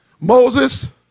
moses